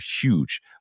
huge